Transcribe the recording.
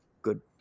good